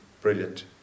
brilliant